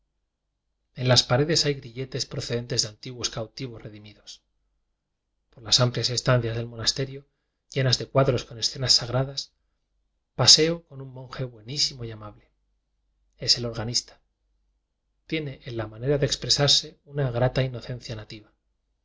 en las paredes hay grilletes procedentes de antiguos cautivos redimidos por las amplias estancias del monaste rio llenas de cuadros con escenas sagra das paseo con un monje buenísimo y ama ble es el organista tiene en la manera de apresarse una grata inocencia nativa